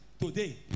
Today